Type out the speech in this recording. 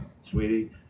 sweetie